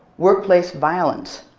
workplace violence,